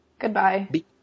Goodbye